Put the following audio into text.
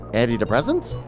antidepressants